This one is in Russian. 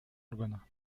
органа